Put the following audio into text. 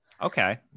Okay